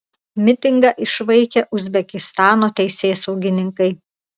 mitingą išvaikė uzbekistano teisėsaugininkai